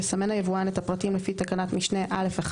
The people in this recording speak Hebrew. יסמן היבואן את הפרטים לפי תקנת משנה (א)(1),